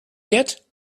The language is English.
yet